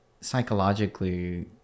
psychologically